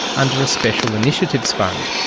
under a special initiatives fund.